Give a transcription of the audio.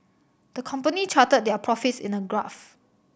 the company charted their profits in a graph